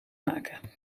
maken